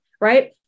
Right